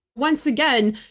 once again,